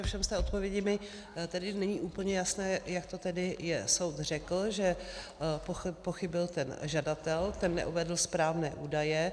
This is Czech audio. Ovšem z té odpovědi mi tedy není úplně jasné, jak to tedy soud řekl, že pochybil ten žadatel, ten neuvedl správné údaje.